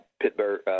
Pittsburgh